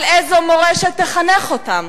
על איזו מורשת תחנך אותם?